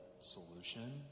solution